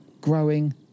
growing